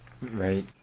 Right